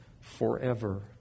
forever